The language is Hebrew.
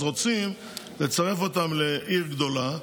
אז רוצים לצרף אותן לעיר גדולה,